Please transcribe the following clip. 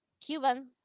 Cuban